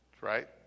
Right